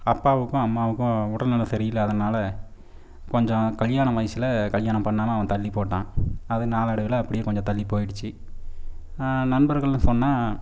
அப்பாவுக்கும் அம்மாவுக்கும் உடல்நிலை சரியில்லாததுனால் கொஞ்சம் கல்யாண வயதில் கல்யாணம் பண்ணாமல் அவன் தள்ளிப்போட்டான் அது நாளைடைவில் அப்படியே கொஞ்சம் தள்ளிப்போயிடுச்சு நண்பர்கள்னு சொன்னால்